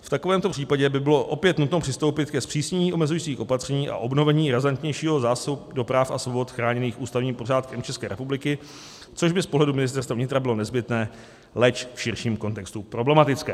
V takovémto případě by bylo opět nutno přistoupit ke zpřísnění omezujících opatření a obnovení razantnějšího zásahu do práv a svobod chráněných ústavním pořádkem České republiky, což by z pohledu Ministerstva vnitra bylo nebytné, leč v širším kontextu problematické.